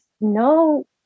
no